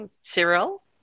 Cyril